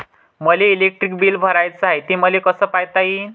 मले electric bill भराचं हाय, ते मले कस पायता येईन?